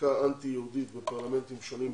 כשהיא מכהנת בתפקיד שרת התפוצות.